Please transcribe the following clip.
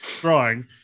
drawing